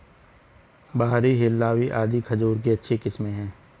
बरही, हिल्लावी आदि खजूर की अच्छी किस्मे हैं